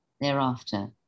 Thereafter